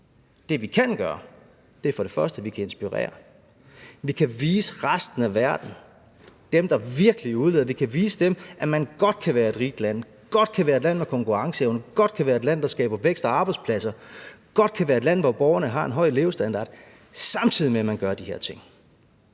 Det, vi kan gøre, er for det første, at vi kan inspirere. Vi kan vise resten af verden, dem, der virkelig udleder, at man godt kan være et rigt land og godt kan være et land med konkurrenceevne, godt kan være et land, der skaber vækst og arbejdspladser, godt kan være et land, hvor borgerne har en høj levestandard, samtidig med man gør de her ting.